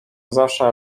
zawsze